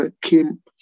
came